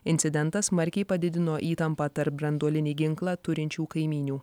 incidentas smarkiai padidino įtampą tarp branduolinį ginklą turinčių kaimynių